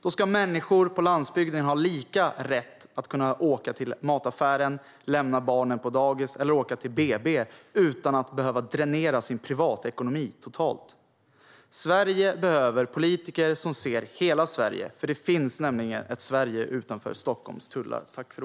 Då ska människor på landsbygden ha samma rätt som andra att kunna åka till affären, lämna barnen på dagis eller åka till BB utan att behöva dränera sin privatekonomi totalt. Sverige behöver politiker som ser hela Sverige, för det finns nämligen ett Sverige utanför Stockholms tullar.